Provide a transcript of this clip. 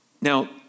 Now